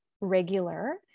regular